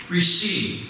Receive